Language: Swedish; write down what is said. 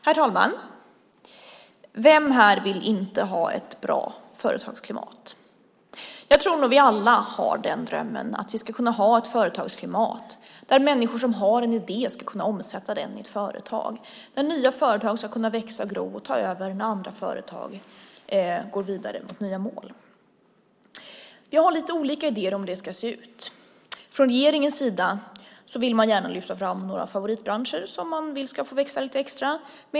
Herr talman! Vem här vill inte ha ett bra företagsklimat? Jag tror att vi alla drömmer om ett företagsklimat där människor som har en idé ska kunna omsätta den i ett företag och där nya företag ska kunna växa, gro och ta över när andra företag går vidare mot nya mål. Vi har lite olika idéer om hur det ska se ut. Från regeringens sida vill man gärna lyfta fram några favoritbranscher som man vill ska få växa lite extra.